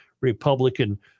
Republican